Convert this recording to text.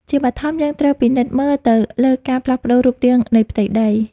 ជាបឋម យើងត្រូវពិនិត្យមើលទៅលើការផ្លាស់ប្តូររូបរាងនៃផ្ទៃដី។